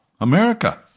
America